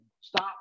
Stop